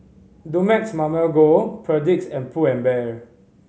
Dumex Mamil Gold Perdix and Pull and Bear